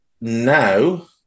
now